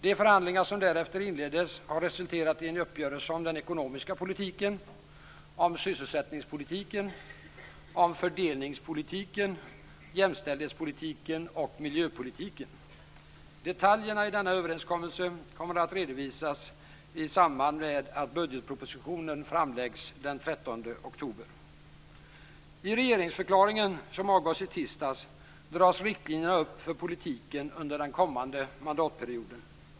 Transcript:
De förhandlingar som därefter inleddes har resulterat i en uppgörelse om den ekonomiska politiken, sysselsättningspolitiken, fördelningspolitiken, jämställdhetspolitiken och miljöpolitiken. Detaljerna i denna överenskommelse kommer att redovisas i samband med att budgetpropositionen framläggs den 13 oktober. I regeringsförklaringen, som avgavs i tisdags, dras riktlinjerna upp för politiken under den kommande mandatperioden.